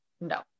no